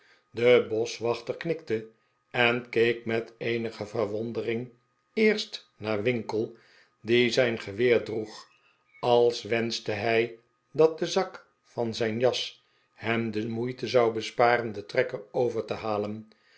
de boschwachter knikte en keek met eenige verwondering eerst naar winkle die zijn geweer droeg als wenschte hij dat de zak van zijn jas hem de moeite zou besparen den trekker over te halen